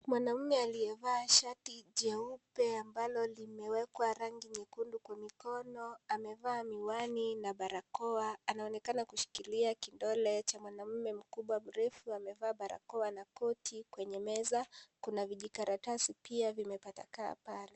Mwanaume aliyevaa shati jeupe ambalo limewekwa rangi nyekundu kwa mikono. Amevaa miwani na barakoa. Anaonekana kushikilia kidole cha mwanaume mkubwa mrefu, amevaa barakoa na koti. Kwenye meza, kuna vijikaratasi pia vimetapakaa pale.